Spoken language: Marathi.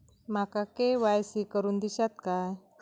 माका के.वाय.सी करून दिश्यात काय?